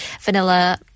vanilla